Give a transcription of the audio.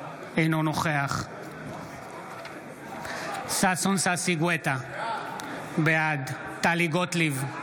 אינו נוכח ששון ששי גואטה, בעד טלי גוטליב,